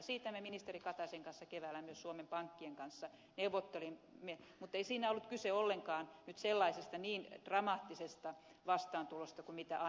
siitä me ministeri kataisen kanssa keväällä myös suomen pankkien kanssa neuvottelimme mutta ei siinä ollut kyse ollenkaan sellaisesta niin dramaattisesta vastaantulosta kuin annoitte ymmärtää